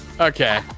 Okay